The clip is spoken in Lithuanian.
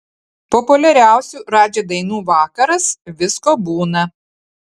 populiariausių radži dainų vakaras visko būna